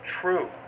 true